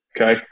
Okay